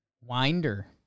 Winder